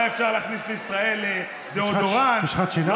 להכניס לישראל משחת שיניים.